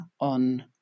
on